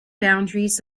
boundaries